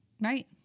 right